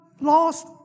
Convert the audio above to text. lost